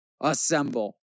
assemble